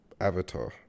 Avatar